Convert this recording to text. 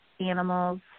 animals